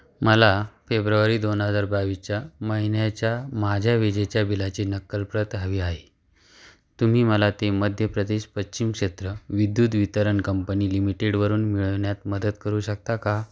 मला फेब्रुवारी दोन हजार बावीसच्या महिन्याच्या माझ्या विजेच्या बिलाची नक्कल प्रत हवी आहे तुम्ही मला ते मध्य प्रदेश पश्चिम क्षेत्र विद्युत वितरण कंपनी लिमिटेडवरून मिळवण्यात मदत करू शकता का